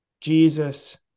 Jesus